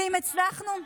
ואם הצלחנו,